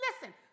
listen